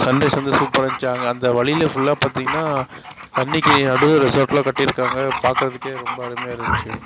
sunrise வந்து சூப்பராக இருந்துச்சி அங்கே அந்த வழியில் ஃபுல்லாக பார்த்தீங்கன்னா தண்ணிக்கு நடு ரெசார்டில் கட்டியிருக்காங்க பார்க்கறத்துக்கே ரொம்ப அருமையாக இருந்துச்சி